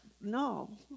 no